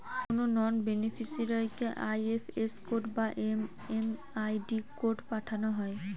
কোনো নন বেনিফিসিরইকে IFS code বা এম.এম.আই.ডি কোড পাঠানো হয়